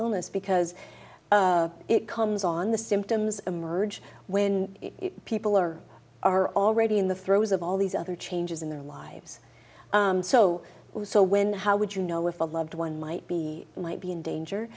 illness because it comes on the symptoms emerge when people are are already in the throes of all these other changes in their lives so so when how would you know if a loved one might be might be in danger